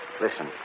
Listen